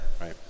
right